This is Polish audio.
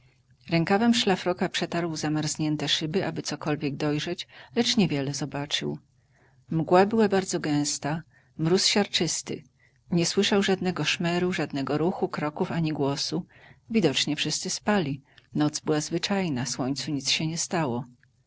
rękawem szlafroka przetarł zamarznięte szyby aby cokolwiek dojrzeć lecz niewiele zobaczył mgła była bardzo gęsta mróz siarczysty nie słyszał żadnego szmeru żadnego ruchu kroków ani głosu widocznie wszyscy spali noc była zwyczajna słońcu nic się nie stało